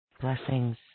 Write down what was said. Blessings